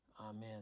Amen